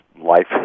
life